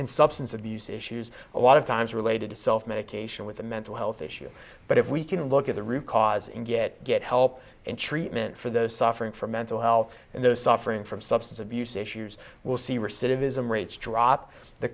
and substance abuse issues a lot of times related to self medication with a mental health issue but if we can look at the root cause and get get help and treatment for those suffering from mental health and those suffering from substance abuse issues we'll see